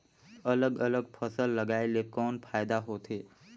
अलग अलग फसल लगाय ले कौन फायदा होथे?